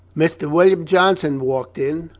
mr. william johnson walked in,